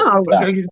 No